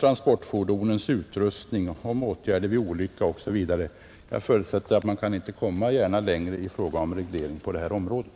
transportfordonens utrustning, åtgärder vid olycka osv. Jag förutsätter att man inte gärna kan komma längre i fråga om reglering på det här området.